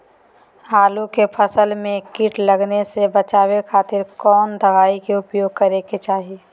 आलू के फसल में कीट लगने से बचावे खातिर कौन दवाई के उपयोग करे के चाही?